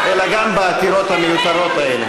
אלא גם בעתירות המיותרות האלה.